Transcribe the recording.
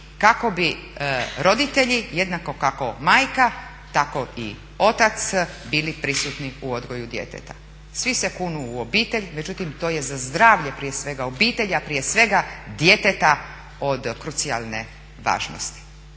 kako bi roditelji jednako kako majka, tako i otac bili prisutni u odgoju djeteta. Svi se kunu u obitelj, međutim to je za zdravlje prije sveg obitelji, a prije svega djeteta od krucijalne važnosti.